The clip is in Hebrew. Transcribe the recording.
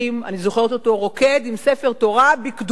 אני זוכרת אותו רוקד עם ספר תורה בקדומים.